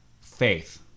faith